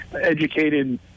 educated